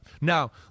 Now